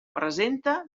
presenta